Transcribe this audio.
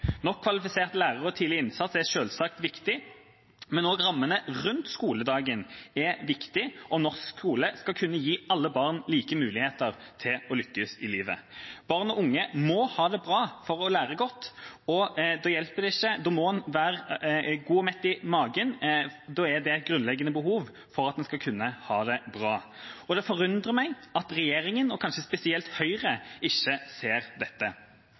Nok kvalifiserte lærere og tidlig innsats er selvsagt viktig, men også rammene rundt skoledagen er viktig, og norsk skole skal kunne gi alle barn like muligheter til å lykkes i livet. Barn og unge må ha det bra for å lære godt. Det å være god og mett i magen er et grunnleggende behov for å kunne ha det bra, og det forundrer meg at regjeringen – og kanskje spesielt Høyre – ikke ser dette.